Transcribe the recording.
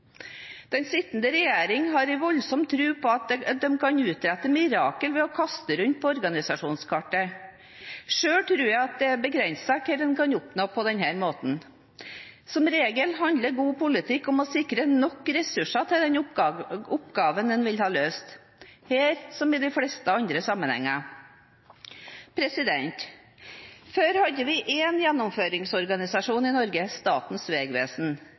Den sittende regjering har en voldsom tro på at de kan utrette mirakler ved å kaste rundt på organisasjonskartet. Selv tror jeg at det er begrenset hva vi kan oppnå på denne måten. Som regel handler god politikk om å sikre nok ressurser til den oppgaven man vil ha løst – her som i de fleste andre sammenhenger. Før hadde vi én gjennomføringsorganisasjon i Norge – Statens vegvesen.